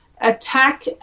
attack